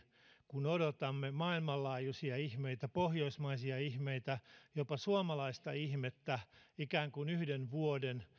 kun odotamme maailmanlaajuisia ihmeitä pohjoismaisia ihmeitä jopa suomalaista ihmettä ikään kuin yhden vuoden